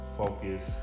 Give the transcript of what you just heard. focus